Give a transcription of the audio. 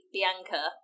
Bianca